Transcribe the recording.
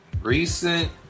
Recent